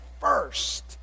first